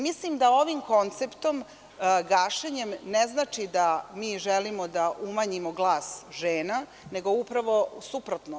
Mislim da ovim konceptom, gašenjem, ne znači da mi želimo da umanjimo glas žena, nego upravo suprotno.